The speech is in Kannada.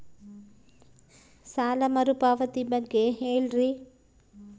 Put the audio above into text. ಸಾಲ ಮರುಪಾವತಿ ಬಗ್ಗೆ ಹೇಳ್ರಿ?